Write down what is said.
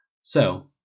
So